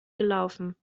gelaufen